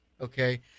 okay